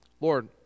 Lord